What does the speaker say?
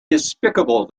despicable